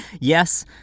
Yes